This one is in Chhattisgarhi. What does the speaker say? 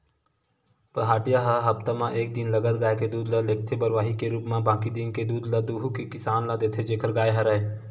पहाटिया ह हप्ता म एक दिन लगत गाय के दूद ल लेगथे बरवाही के रुप म बाकी दिन के दूद ल दुहू के किसान ल देथे जेखर गाय हरय